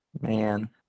Man